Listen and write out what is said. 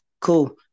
cool